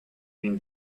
been